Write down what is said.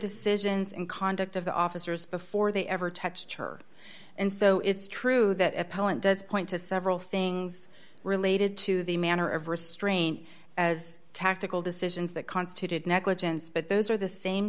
decisions and conduct of the officers before they ever touched her and so it's true that appellant does point to several things related to the manner of restraint as tactical decisions that constituted negligence but those are the same